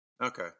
Okay